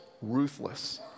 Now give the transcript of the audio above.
ruthless